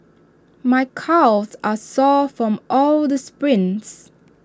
my calves are sore from all the sprints